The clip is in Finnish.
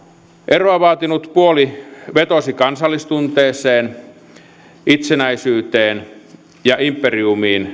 eroa vaatinut puoli vetosi kansallistunteeseen itsenäisyyteen ja imperiumiin